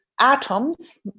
atoms